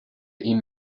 این